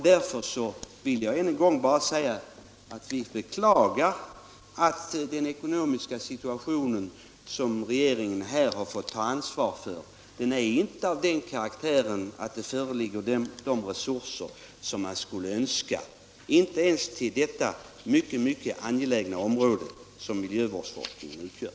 Därför vill jag ännu en gång bara säga att vi beklagar att den ekonomiska situation som regeringen har fått ta ansvar för inte är sådan att vi har de resurser som man skulle önska, inte ens till det mycket angelägna område som miljövårdsforskningen utgör.